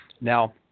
Now